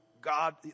God